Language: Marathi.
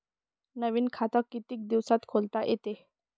नवीन खात कितीक दिसात खोलता येते?